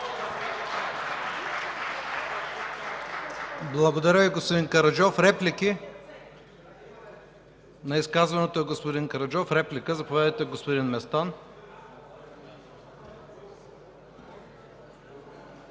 Благодаря Ви, господин Караджов. Реплики на изказването на господин Караджов? Реплика – заповядайте, господин Местан.